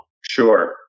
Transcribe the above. Sure